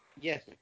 Yes